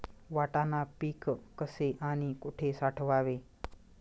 वाटाणा पीक कसे आणि कुठे साठवावे?